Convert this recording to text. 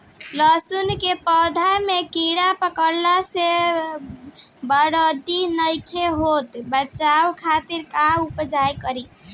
लहसुन के पौधा में कीड़ा पकड़ला से बढ़ोतरी नईखे होत बचाव खातिर का उपाय करी?